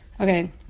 Okay